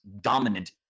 dominant